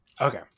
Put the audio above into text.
okay